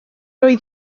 oedd